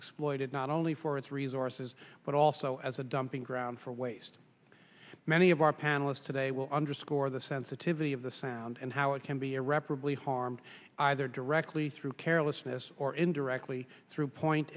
exploited not only for its resources but also as a dumping ground for waste many of our panelists today will underscore the sensitivity of the sound and how it can be irreparably harmed either directly through carelessness or indirectly through point